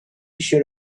should